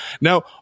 Now